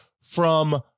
from-